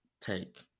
take